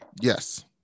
Yes